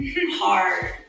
hard